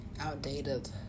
outdated